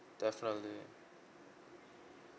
definitely